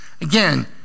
Again